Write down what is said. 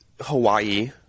Hawaii